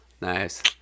Nice